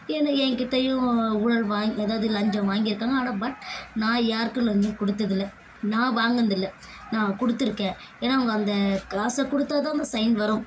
ஏன்னா எங்கிட்டையும் ஊழல் வாங் அதாவது லஞ்சம் வாங்கியிருக்காங்க ஆனால் பட் நான் யாருக்கும் லஞ்சம் கொடுத்தது இல்லை நான் வாங்கினது இல்லை நான் கொடுத்துருக்கேன் ஏன்னா அவங்க அந்த காசை கொடுத்தா தான் அந்த சைன் வரும்